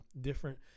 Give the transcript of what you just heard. different